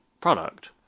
product